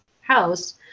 house